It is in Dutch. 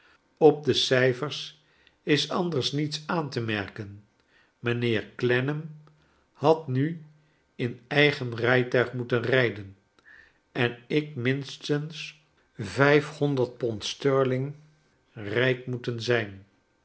op de cijfers is anders niets aan te rnerken mijnheer clennam had nu in eigen rijtuig moeten rijden en ik minstens vijfhonderd pond sterling rijk moeten zijn